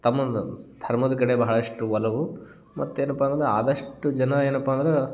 ತಮ್ಮನ್ನ ಧರ್ಮದ ಕಡೆ ಭಾಳಷ್ಟು ಒಲವು ಮತ್ತು ಏನಪ್ಪ ಅಂದರೆ ಆದಷ್ಟು ಜನ ಏನಪ್ಪ ಅಂದ್ರೆ